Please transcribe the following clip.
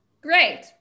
Great